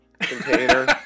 container